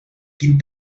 quin